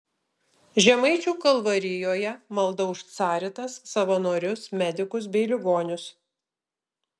žemaičių kalvarijoje malda už caritas savanorius medikus bei ligonius